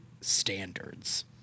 standards